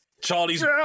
Charlie's